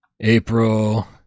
April